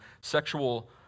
sexual